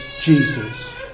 Jesus